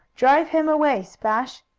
drive him away, splash!